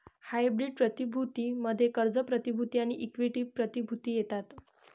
hybrid प्रतिभूती मध्ये कर्ज प्रतिभूती आणि इक्विटी प्रतिभूती येतात